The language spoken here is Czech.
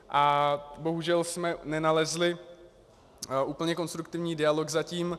A bohužel jsme nenalezli úplně konstruktivní dialog zatím.